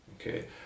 okay